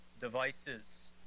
devices